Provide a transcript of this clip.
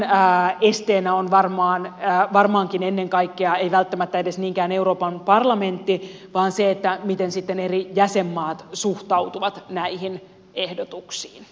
tämän esteenä on varmaankin ennen kaikkea ei välttämättä edes niinkään euroopan parlamentti se miten eri jäsenmaat suhtautuvat näihin ehdotuksiin